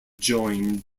joined